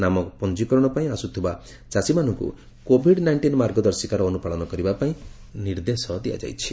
ନାମ ପଞ୍ଞିକରଣ ପାଇଁ ଆସୁଥିବା ଚାଷୀମାନଙ୍କୁ କୋଭିଡ୍ ନାଇକ୍କିନ୍ ମାର୍ଗଦର୍ଶିକାର ଅନୁପାଳନ କରିବା ପାଇଁ ନିର୍ଦ୍ଦେଶ ଦିଆଯାଇଛି